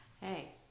Hey